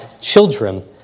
children